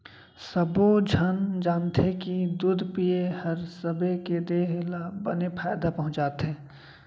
सब्बो झन जानथें कि दूद पिए हर सबे के देह ल बने फायदा पहुँचाथे